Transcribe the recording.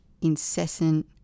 incessant